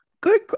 Good